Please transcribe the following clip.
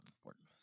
important